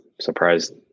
surprised